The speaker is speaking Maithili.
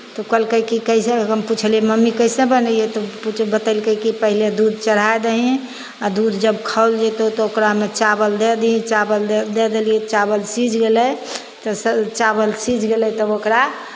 तऽ ओ कहलकै कि कइसे हम पुछलियै मम्मी कइसे बनैयै तऽ बतेलकै कि पहिले दूध चढ़ा दही आ दूध जब खौल जयतहु तऽ ओकरामे चावल दए दही चावल दए देलियै चावल सीझ गेलै तऽ स चावल सीझ गेलै तब ओकरा